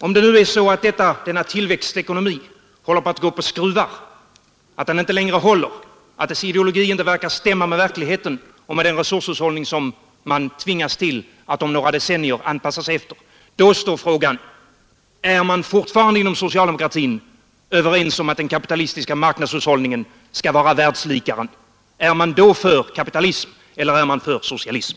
Om det nu är så, att denna tillväxtekonomi håller på att gå på skruvar — att den inte längre håller, att dess ideologi inte verkar stämma med verkligheten och med den resurshushållning som man tvingas att efter några decennier anpassa sig till — uppstår frågan: Är man fortfarande inom socialdemokratin överens om att den kapitalistiska marknadshushållningen skall vara världslikaren? Är man då för kapitalism, eller är man för socialism?